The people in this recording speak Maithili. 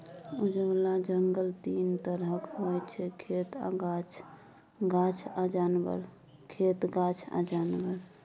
खेतबला जंगल तीन तरहक होइ छै खेत आ गाछ, गाछ आ जानबर, खेत गाछ आ जानबर